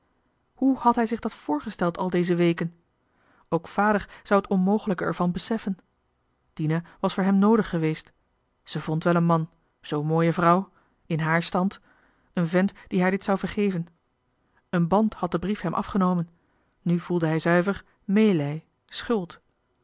hoe had hij zich dat voorgesteld al deze weken ook vader zou het onmoog'lijke voelen dina was voor hem noodig geweest ze vond wel een man zoo'n mooie vrouw in haar stand een vent die haar dit zou vergeven een band had de brief van hem afgenomen nu voelde hij zuiver meelij schuld